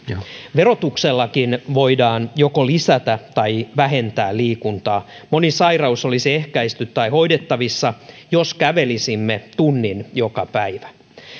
verotuksellakin voidaan joko lisätä tai vähentää liikuntaa moni sairaus olisi ehkäisty tai hoidettavissa jos kävelisimme tunnin joka päivä